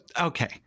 okay